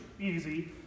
easy